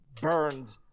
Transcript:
burned